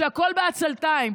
שהכול בעצלתיים,